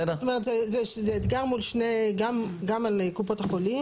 זאת אומרת זה אתגר גם על קופות החולים